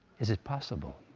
is it possible?